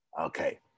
Okay